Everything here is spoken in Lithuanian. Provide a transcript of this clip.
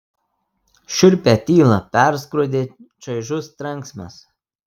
šiurpią tylą perskrodė čaižus trenksmas